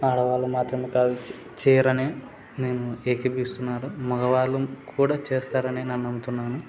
ఆడవాళ్ళు మాత్రమే కాదు చేయరని నేను ఏకీభవిస్తున్నాను మగవాళ్ళు కూడా చేస్తారని నేను నమ్ముతున్నాను